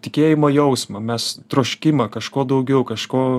tikėjimo jausmą mes troškimą kažko daugiau kažko